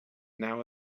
now